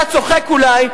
אתה צוחק אולי,